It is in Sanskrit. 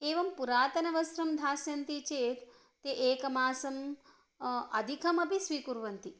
एवं पुरातनवस्त्रं धास्यन्ति चेत् ते एकमासम् अधिकमपि स्वीकुर्वन्ति